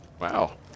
Wow